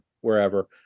wherever